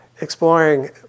exploring